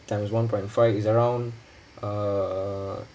times one point five is around err